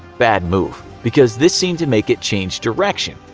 bad move, because this seemed to make it change direction.